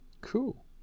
cool